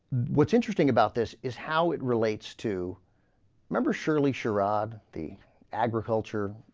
what's interesting about this is how it relates to member surely chirag d agriculture